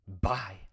Bye